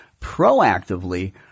proactively